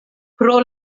pro